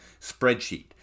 spreadsheet